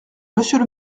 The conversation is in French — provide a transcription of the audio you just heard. monsieur